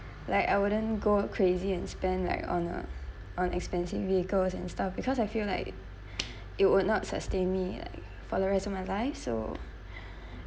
like I wouldn't go crazy and spend like on uh on expensive vehicles and stuff because I feel like it will not sustain me like for the rest of my life so